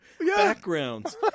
backgrounds